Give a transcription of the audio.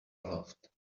aloft